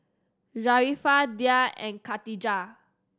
Sharifah Dhia and Khatijah